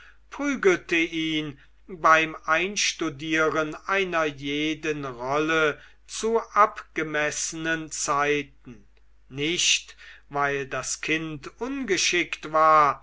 prügelte ihn beim einstudieren einer jeden rolle zu abgemessenen zeiten nicht weil das kind ungeschickt war